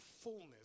fullness